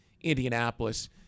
Indianapolis